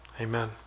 amen